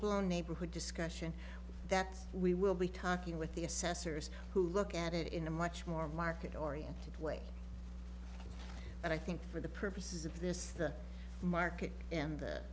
blown neighborhood discussion that we will be talking with the assessors who look at it in a much more market oriented way and i think for the purposes of this the market and the